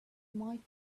might